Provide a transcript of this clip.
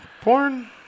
porn